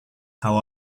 how